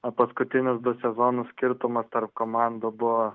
o paskutinius du sezonus skirtumas tarp komandų buvo